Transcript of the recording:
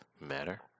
matter